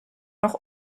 noch